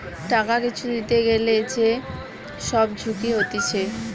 টাকা কিছু দিতে গ্যালে যে সব ঝুঁকি হতিছে